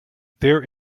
there